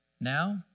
Now